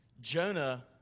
Jonah